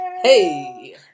Hey